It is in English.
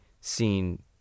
seen